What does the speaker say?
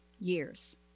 years